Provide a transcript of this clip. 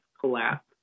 collapse